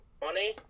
money